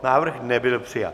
Návrh nebyl přijat.